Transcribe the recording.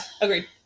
agreed